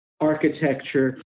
architecture